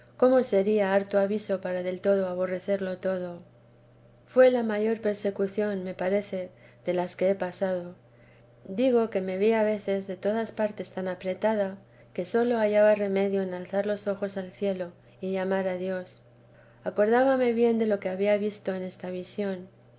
cómo sería harto aviso para del todo aborrecerlo todo fué la mayor persecución me parece de las que he pasado digo que me vi a veces de todas partes tan apretada que sólo hallaba remedio en alzar los ojos y llamar a dios acordábame bien de lo que había visto en esta visión